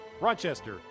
Rochester